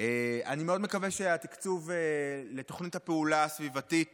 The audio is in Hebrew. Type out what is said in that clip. מאוד מקווה שהתקצוב של תוכנית הפעולה הסביבתית